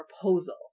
proposal